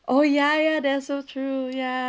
oh ya ya that's so true ya